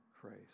Christ